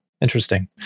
interesting